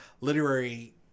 literary